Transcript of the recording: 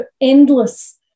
endless